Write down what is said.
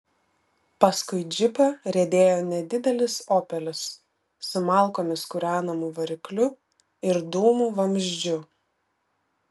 paskui džipą riedėjo nedidelis opelis su malkomis kūrenamu varikliu ir dūmų vamzdžiu